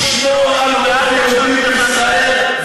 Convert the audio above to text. לשמור על רוב יהודי בישראל,